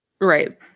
Right